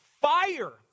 Fire